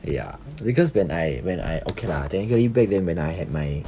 ya because when I when I okay lah technically back them when I had my